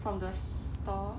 from the store